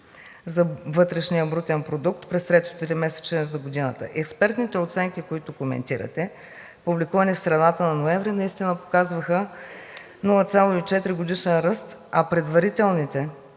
за вътрешния брутен продукт през третото тримесечие за годината. Експертните оценки, които коментирате, публикувани в средата на ноември, наистина показваха 0,4 годишен ръст, а предварителните